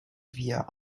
via